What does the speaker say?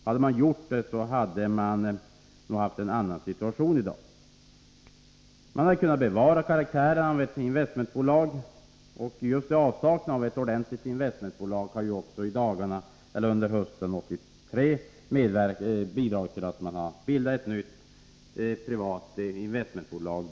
Om man gjort det, hade man nog haft en annan situation i dag. Man hade kunnat bevara karaktären av investmentbolag. Just avsaknaden av ett ordentligt investmentbolag har också bidragit till att man under hösten 1983 på privat initiativ bildat ett nytt investmentbolag.